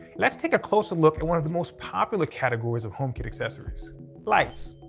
let's take a closer look at one of the most popular categories of homekit accessories lights.